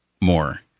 more